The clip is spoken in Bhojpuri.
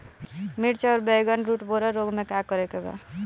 मिर्च आउर बैगन रुटबोरर रोग में का करे के बा?